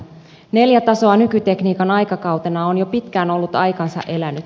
neljä tasoa nykytekniikan aikakautena on jo pitkään ollut aikansa elänyt